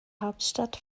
hauptstadt